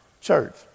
church